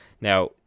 Now